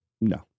No